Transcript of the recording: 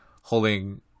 holding